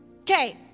Okay